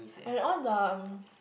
and all the